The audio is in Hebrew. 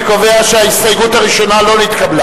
אני קובע שההסתייגות הראשונה לא נתקבלה.